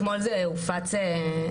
אתמול זה גם הופץ בתקשורת,